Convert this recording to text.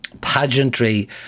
pageantry